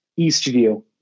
Eastview